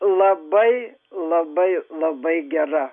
labai labai labai gera